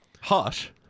Hush